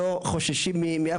אלא באמת יעוקר מן